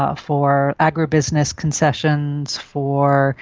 ah for agribusiness concessions, for